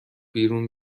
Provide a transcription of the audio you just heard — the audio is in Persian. بیرون